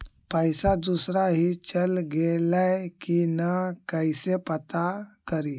पैसा दुसरा ही चल गेलै की न कैसे पता करि?